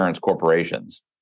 corporations